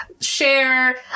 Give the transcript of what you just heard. share